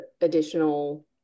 additional